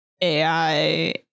ai